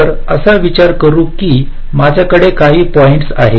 तरअसा विचार करू की माझ्याकडे काही पॉईंट्स आहेत